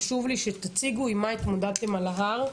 חשוב לי שתציגו עם מה התמודדתם על ההר.